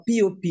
pop